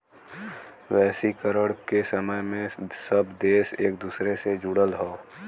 वैश्वीकरण के समय में सब देश एक दूसरे से जुड़ल हौ